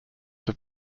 have